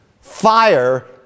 Fire